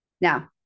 Now